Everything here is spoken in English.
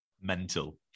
Mental